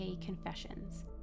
Confessions